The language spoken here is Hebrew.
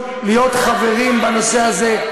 להיות חברים בנושא הזה,